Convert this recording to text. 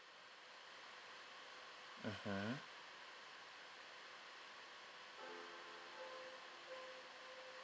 mmhmm